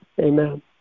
Amen